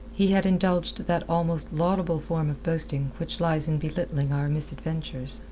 he had indulged that almost laudable form of boasting which lies in belittling our misadventures.